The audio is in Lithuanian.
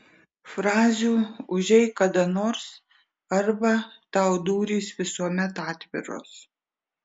frazių užeik kada nors arba tau durys visuomet atviros